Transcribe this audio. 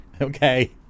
okay